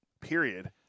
period